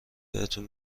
بهتون